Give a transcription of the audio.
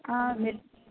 మీరు